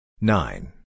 nine